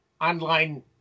online